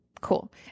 cool